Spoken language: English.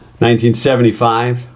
1975